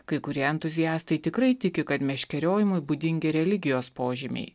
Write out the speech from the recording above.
kai kurie entuziastai tikrai tiki kad meškeriojimui būdingi religijos požymiai